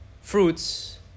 fruits